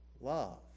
love